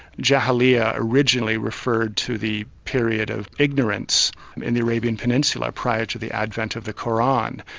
jahiliyyah originally referred to the period of ignorance in the arabian peninsula prior to the advent of the qur'an,